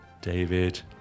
David